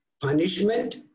punishment